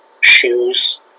shoes